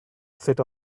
sit